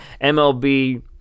MLB